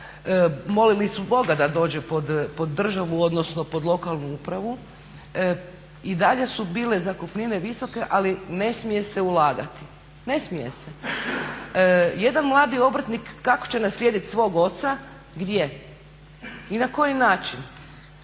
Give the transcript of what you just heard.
molili su Boga da dođe pod državu odnosno pod lokalnu upravu i dalje su bile zakupnine visoke ali ne smije se ulagati, ne smije se. Jedan mladi obrtnik kako će naslijediti svog oca, gdje i na koji način?